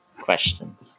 Questions